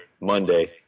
Monday